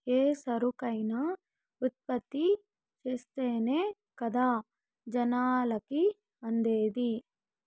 ఏ సరుకైనా ఉత్పత్తి చేస్తేనే కదా జనాలకి అందేది